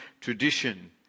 tradition